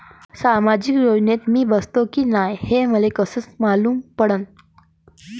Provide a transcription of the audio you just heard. सामाजिक योजनेत मी बसतो की नाय हे मले कस मालूम पडन?